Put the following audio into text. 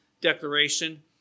declaration